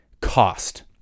cost